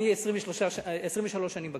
אני 23 שנים בכנסת.